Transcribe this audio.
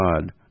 God